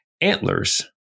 antlers